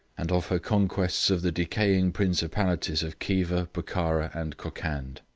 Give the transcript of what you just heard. and of her conquests of the decaying principalities of khiva, bokhara and kokand.